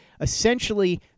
essentially